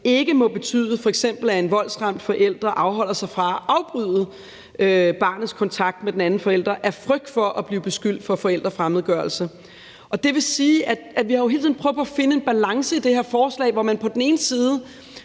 ikke må betyde, at en voldsramt forælder afholder sig fra at afbryde barnets kontakt med den anden forælder af frygt for at blive beskyldt for forældrefremmedgørelse. Det vil jo sige, at vi i det her forslag hele tiden